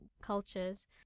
cultures